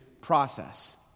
process